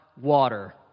water